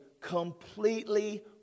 Completely